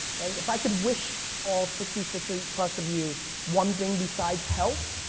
right? if i could wish all sixty six plus of you one thing besides health,